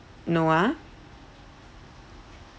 no ah